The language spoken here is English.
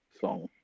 song